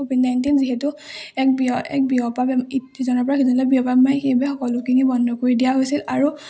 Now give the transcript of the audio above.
Covid nineteen যিহেতু এক ইজনৰ পৰা সিজনলৈ বিয়পা বেমাৰ সেইবাবে সকলোখিনি বন্ধ কৰি দিয়া হৈছিল আৰু